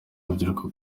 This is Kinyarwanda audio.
urubyiruko